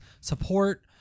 support